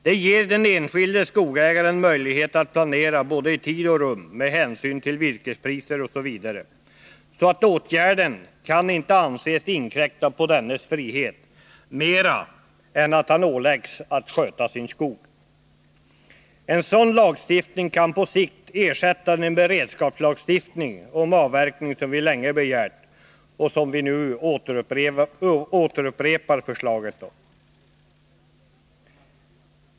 Det ger den enskilde skogsägaren möjlighet att planera både i tid och i rum med hänsyn till virkespriser osv., så åtgärden kan inte anses inkräkta på dennes frihet på annat sätt än att han åläggs att sköta sin skog. En sådan lagstiftning kan på sikt ersätta den beredskapslagstiftning om avverkning som vi länge begärt och som vi nu återigen föreslår.